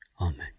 Amen